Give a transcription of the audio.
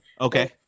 Okay